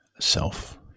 self